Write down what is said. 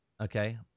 okay